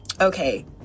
Okay